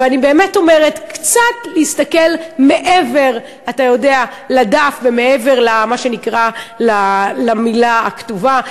אני באמת אומרת: קצת להסתכל מעבר לדף ומעבר למה שנקרא המילה הכתובה,